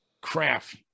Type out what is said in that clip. craft